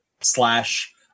slash